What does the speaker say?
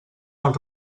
els